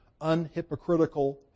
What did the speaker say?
unhypocritical